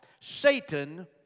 Satan